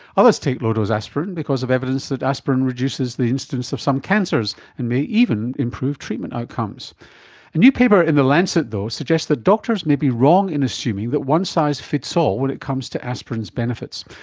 others take low-dose aspirin because of evidence that aspirin reduces the incidence of some cancers and may even improve treatment outcomes. a new paper in the lancet though suggests that doctors may be wrong in assuming that one size fits all when it comes to aspirin's benefits.